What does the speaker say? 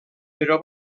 però